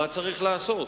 מה צריך לעשות?